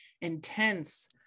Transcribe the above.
intense